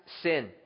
sin